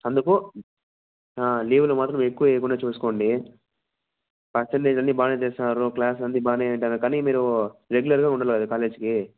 అందుకు లీవ్లు మాత్రం ఎక్కువ వెయ్యకుండా చూసుకోండి పర్సెంటేజ్ అన్ని బాగానే తెస్తన్నారు క్లాస్ అన్ని బాగానే వింటన్నారు కానీ మీరు రెగ్యులర్గా ఉండాలి కాలేజ్కి